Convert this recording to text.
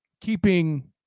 keeping